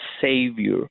savior